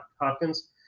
Hopkins